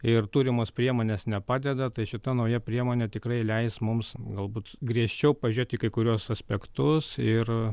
ir turimos priemonės nepadeda tai šita nauja priemonė tikrai leis mums galbūt griežčiau pažiūrėti į kai kuriuos aspektus ir